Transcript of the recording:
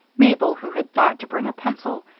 mabel, who had thought to bring a pencil,